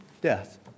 death